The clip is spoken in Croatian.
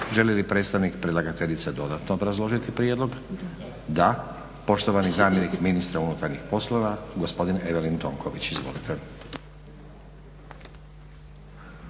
Želi li predstavnik predlagateljice dodatno obrazložiti prijedlog? Da. Poštovani zamjenik ministra unutarnjih poslova, gospodin Evelin Tonković.